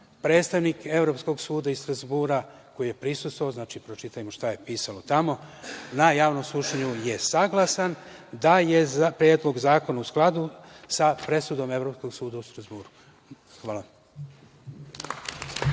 predstavnik Evropskog suda iz Strazbura, koji je prisustvovao, znači pročitajmo šta je pisalo tamo, na javnom slušanju je saglasan da je Predlog zakona u skladu sa presudom Evropskog suda u Strazburu. Hvala.